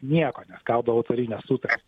nieko nes gaudavo autorines sutartis